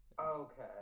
Okay